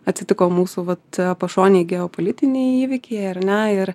atsitiko mūsų vat pašonėj geopolitiniai įvykiai ar ne ir